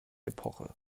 epoche